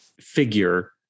figure